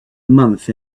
month